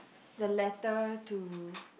the letter to